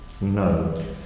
no